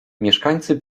mieszkańcy